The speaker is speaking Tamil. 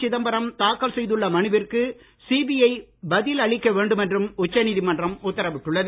சிதம்பரம் தாக்கல் செய்துள்ள மனுவிற்கு சிபிஐ பதில் அளிக்க வேண்டும் என்றும் உச்சநீதிமன்றம் உத்தரவிட்டுள்ளது